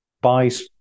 buys